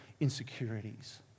insecurities